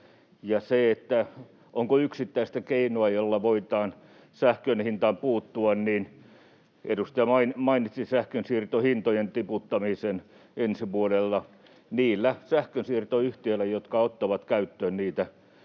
Siitä, onko yksittäistä keinoa, jolla voidaan sähkön hintaan puuttua: edustaja mainitsi sähkönsiirtohintojen tiputtamisen ensi vuonna niillä sähkönsiirtoyhtiöillä, jotka ottavat käyttöön niitä